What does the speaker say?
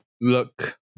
look